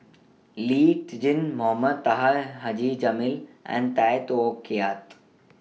Lee Tjin Mohamed Taha Haji Jamil and Tay Teow Kiat